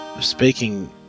speaking